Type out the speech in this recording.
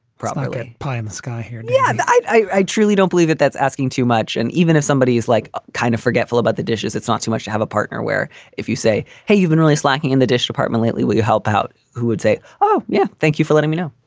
probably pie in the sky here. yeah i truly don't believe it. that's asking too much. and even if somebody is like kind of forgetful about the dishes, it's not too much to have a partner where if you say, hey, you've been really slacking in the dish department lately, would you help out? who would say, oh, yeah. thank you for letting me know